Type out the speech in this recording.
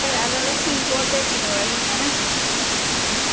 சரி அது அதில் நீங்கள் போட்டு நீங்கள் வைங்க ம்